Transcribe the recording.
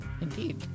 Indeed